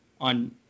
on